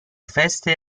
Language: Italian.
feste